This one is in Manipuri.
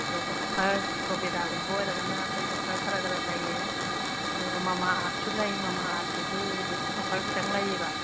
ꯑꯗꯣ ꯑꯣꯐꯔ ꯄ꯭ꯔꯣꯕꯦꯗꯥꯒꯨꯝꯕ ꯑꯣꯏꯔꯒꯅ ꯑꯩꯈꯣꯏ ꯑꯣꯐꯔ ꯈꯔ ꯈꯔ ꯂꯩꯌꯦ ꯑꯗꯨꯒ ꯃꯥꯃꯥꯑꯥꯔꯠꯁꯨ ꯂꯩ ꯃꯥꯃꯥꯑꯥꯔꯠꯇꯁꯨ ꯍꯧꯖꯤꯛ ꯑꯣꯐꯔ ꯈꯤꯇꯪ ꯂꯩꯌꯦꯕ